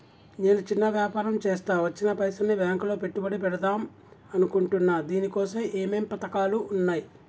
నేను చిన్న వ్యాపారం చేస్తా వచ్చిన పైసల్ని బ్యాంకులో పెట్టుబడి పెడదాం అనుకుంటున్నా దీనికోసం ఏమేం పథకాలు ఉన్నాయ్?